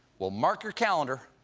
well, mark your calendar,